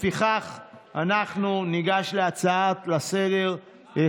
לפיכך אנחנו ניגש להצעה לסדר-היום.